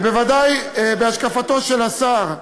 ובוודאי בהשקפתו של השר,